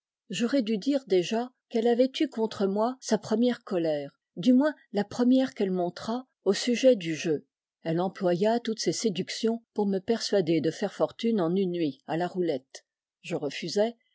j'aurais dû dire déjà qu'elle avait eu contre moi sa première colère du moins la première qu'elle montra au sujet du jeu elle employa toutes ses séductions pour me persuader de faire fortune en une nuit à la roulette je refusai